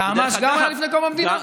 דהמש גם הייתה לפני קום המדינה,